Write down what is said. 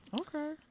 Okay